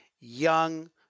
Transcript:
young